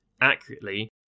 accurately